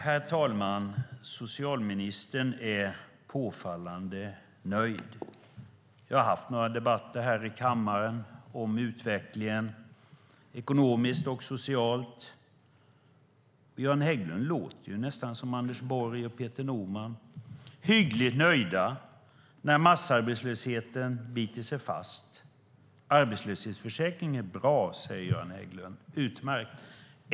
Herr talman! Socialministern är påfallande nöjd. Jag har haft några debatter i kammaren om den ekonomiska och sociala utvecklingen. Göran Hägglund låter nästan som Anders Borg och Peter Norman. De är hyggligt nöjda när massarbetslösheten biter sig fast. Arbetslöshetsförsäkring är bra, säger Göran Hägglund. Utmärkt!